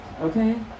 okay